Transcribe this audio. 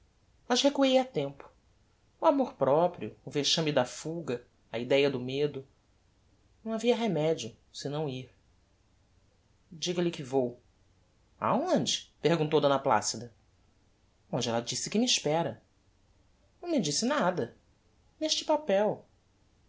mas recuei a tempo o amor-proprio o vexame da fuga a idéa do medo não havia remedio senão ir diga-lhe que vou aonde perguntou d placida onde ella disse que me espera não me disse nada neste papel